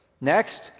Next